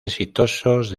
exitosos